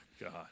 God